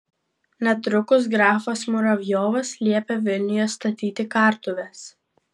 netrukus grafas muravjovas liepė vilniuje statyti kartuves